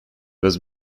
was